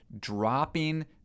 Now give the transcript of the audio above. dropping